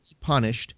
punished